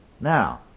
Now